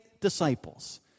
disciples